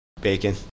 Bacon